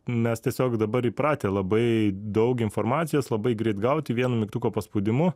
mes tiesiog dabar įpratę labai daug informacijos labai greit gauti vienu mygtuko paspaudimu